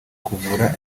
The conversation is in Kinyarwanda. kuvura